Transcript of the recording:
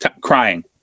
crying